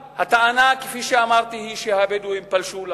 הטענה, כפי שאמרתי, היא שהבדואים פלשו לקרקע,